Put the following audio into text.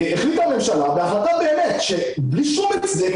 החליטה הממשלה בהחלטה באמת בלי שום הצדק,